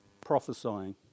prophesying